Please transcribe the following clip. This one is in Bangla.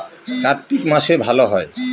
কার্তিক মাসে ভালো হয়?